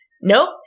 Nope